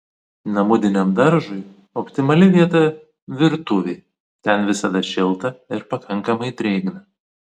namudiniam daržui optimali vieta virtuvė ten visada šilta ir pakankamai drėgna